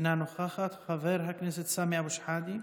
אינה נוכחת, חבר הכנסת סמי אבו שחאדה,